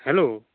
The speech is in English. hello